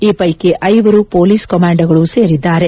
ಈ ಪೈಕಿ ಐವರು ಪೊಲೀಸ್ ಕಮಾಂಡೋಗಳು ಸೇರಿದ್ದಾರೆ